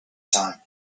time